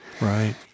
Right